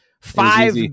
five